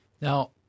Now